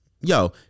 yo